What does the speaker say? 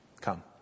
come